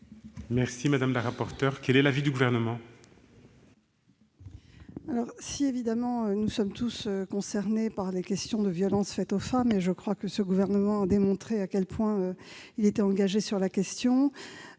est donc défavorable. Quel est l'avis du Gouvernement ? Nous sommes évidemment tous concernés par les questions des violences faites aux femmes. Je crois que ce gouvernement a démontré à quel point il était engagé sur la question.